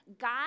God